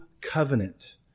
covenant